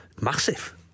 Massive